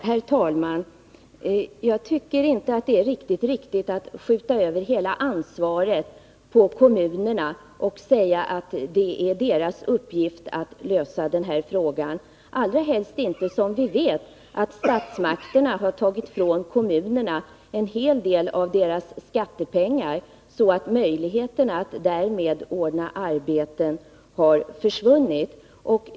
Herr talman! Jag tycker inte att det är alldeles riktigt att skjuta över hela ansvaret på kommunerna och säga att det är deras uppgift att lösa den här frågan, allra helst inte som vi vet att statsmakterna tagit ifrån kommunerna en hel del av deras skattepengar, så att möjligheterna att ordna arbete därmed har försvunnit.